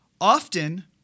Often